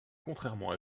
contrairement